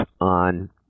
on